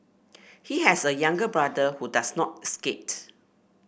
he has a younger brother who does not skate